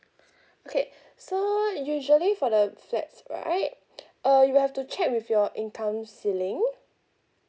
okay so usually for the flats right uh you have to check with your income ceiling